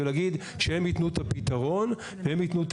ולהגיד שהם ייתנו את הפתרון והם ייתנו את